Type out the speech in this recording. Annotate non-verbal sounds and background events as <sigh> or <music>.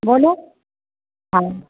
बोलू <unintelligible>